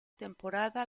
temporada